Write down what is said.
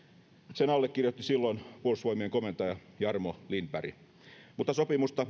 sen allekirjoitti silloin puolustusvoimien komentaja jarmo lindberg mutta sopimusta